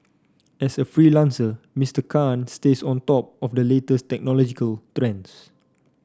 as a freelancer Mister Khan stays on top of the latest technological trends